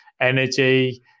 energy